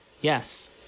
Yes